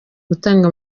gutanga